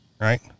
right